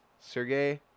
Sergey